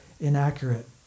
inaccurate